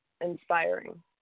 inspiring